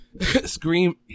Scream